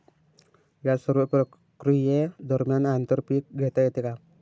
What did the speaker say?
या सर्व प्रक्रिये दरम्यान आंतर पीक घेता येते का?